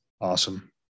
Awesome